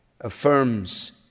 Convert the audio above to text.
affirms